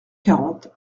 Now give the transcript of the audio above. quarante